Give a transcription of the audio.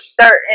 certain